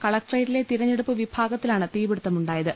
കലക്ടറേ റ്റിലെ തിരഞ്ഞെടുപ്പ് വിഭാഗത്തിലാണ് തീപിടുത്തമുണ്ടായത്